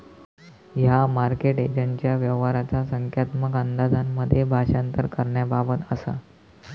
ह्या मार्केट एजंटच्या व्यवहाराचा संख्यात्मक अंदाजांमध्ये भाषांतर करण्याबाबत असा